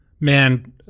Man